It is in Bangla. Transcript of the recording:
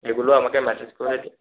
এগুলো আমাকে মেসেজ করে